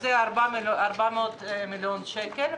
שזה 400 מיליון שקלים,